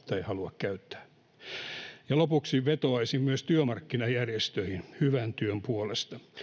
tai halua käyttää lopuksi vetoaisin myös työmarkkinajärjestöihin hyvän työn puolesta